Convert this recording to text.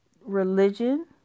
religion